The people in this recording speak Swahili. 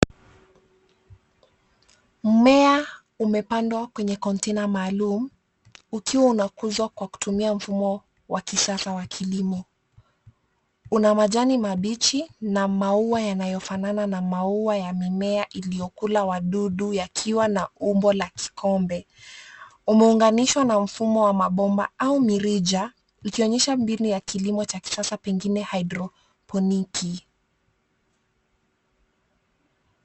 Mmea umepandwa kwenye container maalum ukiwa unakuzwa kwa kutumia mfumo wa kisasa wa kilimo. Una majani mabichi na maua yanayofanana na maua ya mimea iliyokula madudu yakiwa na umbo la kikombe. Umeunganishwa na mfumo wa mabomba au mirija ikionyesha mbinu ya kilimo cha kisasa pengine hydroponiki.